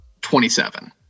27